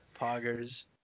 Poggers